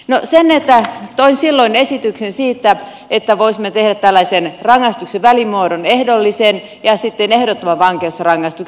no toin silloin esityksen siitä että voisimme tehdä tällaisen rangaistuksen välimuodon ehdollisen ja ehdottoman vankeusrangaistuksen väliin